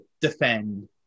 defend